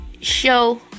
show